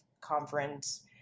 conference